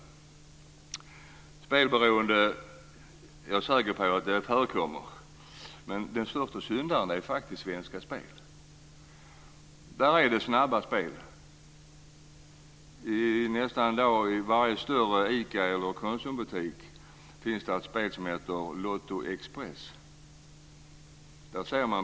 Jag är säker på att det förekommer spelberoende. Men de största syndarna är faktiskt Svenska Spel. I varje större ICA-butik eller Konsumbutik finns det ett spel som heter Lotto Express.